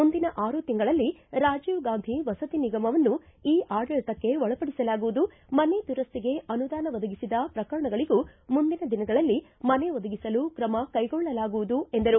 ಮುಂದಿನ ಆರು ತಿಂಗಳಲ್ಲಿ ರಾಜೀವ ಗಾಂಧಿ ವಸತಿ ನಿಗಮವನ್ನು ಇ ಆಡಳಿತಕ್ಕೆ ಒಳ ಪಡಿಸಲಾಗುವುದು ಮನೆ ದುರಸ್ತಿಗೆ ಅನುದಾನ ಒದಗಿಸಿದ ಪ್ರಕರಣಗಳಗೂ ಮುಂದಿನ ದಿನಗಳಲ್ಲಿ ಮನೆ ಒದಗಿಸಲು ತ್ರಮ ಕೈಗೊಳ್ಳಲಾಗುವುದು ಎಂದರು